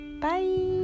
Bye